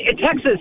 Texas